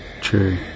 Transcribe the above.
True